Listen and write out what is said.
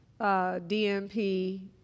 DMP